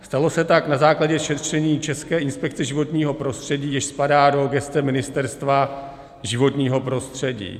Stalo se tak na základě šetření České inspekce životního prostředí, jež spadá do gesce Ministerstva životního prostředí.